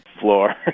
floor